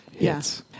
Yes